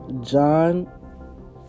John